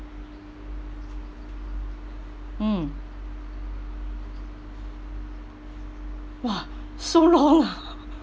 mm !wah! so long ah